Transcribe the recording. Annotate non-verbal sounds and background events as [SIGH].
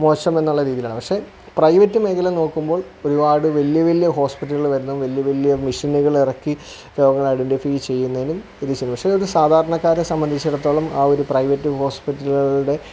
മോശമെന്നുള്ള രീതിയിലാണ് പക്ഷെ പ്രൈവറ്റ് മേഖല നോക്കുമ്പോൾ ഒരുപാട് വലിയ വലിയ ഹോസ്പിറ്റലുകള് വരണം വലിയ വലിയ മെഷിനുകൾ ഇറക്കി രോഗം ഐഡൻറ്റിഫൈ ചെയ്യുന്നതിനും [UNINTELLIGIBLE] പക്ഷെ ഒരു സാധാരണക്കാരനെ സംബന്ധിച്ചെടുത്തോളം ആ ഒരു പ്രൈവറ്റ് ഹോസ്പിറ്റലുകളുടെ